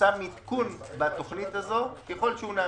יפורסם עדכון בתוכנית הזו, ככל שהוא נעשה.